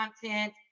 content